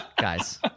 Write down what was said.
Guys